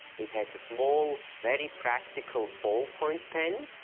it has a small, very practical ball-point pen,